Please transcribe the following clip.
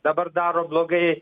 dabar daro blogai